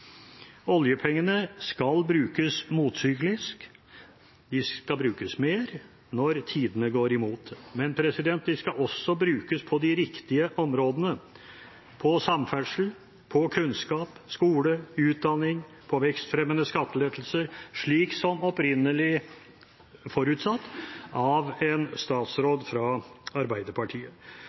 Oljepengene skal brukes motsyklisk. De skal brukes mer når tidene går imot. Men de skal også brukes på de riktige områdene: på samferdsel, på kunnskap, skole og utdanning, på vekstfremmende skattelettelser, som opprinnelig forutsatt av en statsråd fra Arbeiderpartiet.